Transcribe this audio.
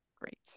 great